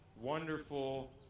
wonderful